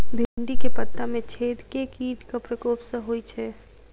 भिन्डी केँ पत्ता मे छेद केँ कीटक प्रकोप सऽ होइ छै?